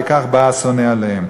על כך בא השונא עליהם,